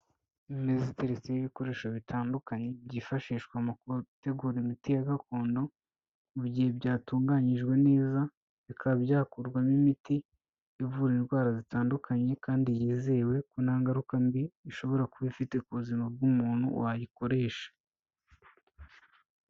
Imeza iteretseho ibikoresho bitandukanye byifashishwa mu gutegura imiti ya gakondo, mu gihe byatunganyijwe neza bikaba byakurwamo imiti ivura indwara zitandukanye kandi yizewe ko nta ngaruka mbi ishobora kuba ifite ku buzima bw'umuntu wayikoresha.